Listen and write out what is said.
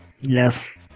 yes